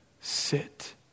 Sit